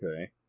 Okay